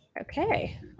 Okay